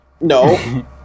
No